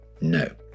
no